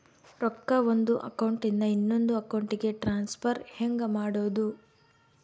ರೊಕ್ಕ ಒಂದು ಅಕೌಂಟ್ ಇಂದ ಇನ್ನೊಂದು ಅಕೌಂಟಿಗೆ ಟ್ರಾನ್ಸ್ಫರ್ ಹೆಂಗ್ ಮಾಡೋದು?